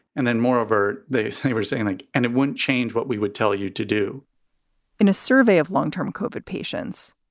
and then moreover, they say we're saying like and it wouldn't change what we would tell you to do in a survey of long term covered patients,